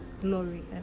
glory